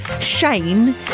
Shane